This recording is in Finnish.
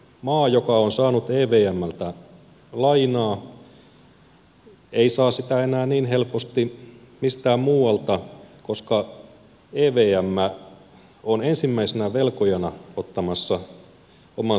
maa joka on saanut evmltä lainaa ei saa sitä enää niin helposti mistään muualta koska evm on ensimmäisenä velkojana ottamassa omansa sitten pois